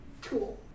cool